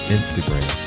Instagram